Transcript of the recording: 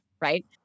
right